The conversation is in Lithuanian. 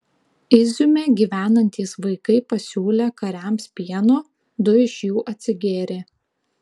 iziume gyvenantys vaikai pasiūlė kariams pieno du iš jų atsigėrė